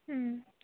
ꯎꯝ